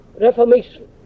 reformation